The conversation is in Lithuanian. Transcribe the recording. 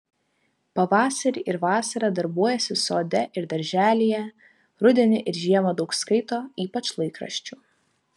pavasarį ir vasarą darbuojasi sode ir darželyje rudenį ir žiemą daug skaito ypač laikraščių